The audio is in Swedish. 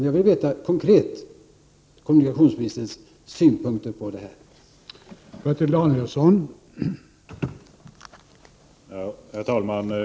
Jag vill få höra kommunikationsministerns konkreta synpunkter på det jag har frågat om.